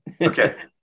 Okay